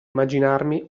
immaginarmi